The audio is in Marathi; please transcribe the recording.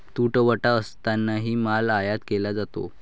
तुटवडा असतानाही माल आयात केला जातो